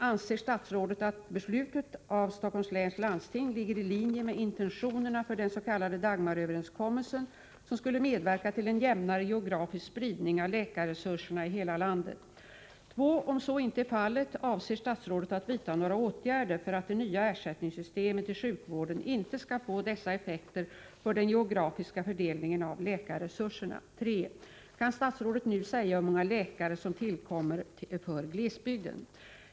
Anser statsrådet att beslutet av Stockholms läns landsting ligger i linje med intentionerna för den s.k. Dagmaröverenskommelsen, som skulle medverka till en jämnare geografisk spridning av läkarresurserna i hela landet? 2. Om så inte är fallet, avser statsrådet att vidta några åtgärder för att det nya systemet för ersättning till sjukvården inte skall få dessa effekter för den geografiska fördelningen av läkarresurserna? 3. Kan statsrådet nu säga hur många läkare som tillkommer för glesbygden?